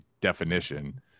definition